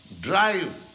drive